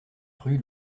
rue